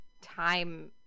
Time